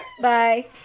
bye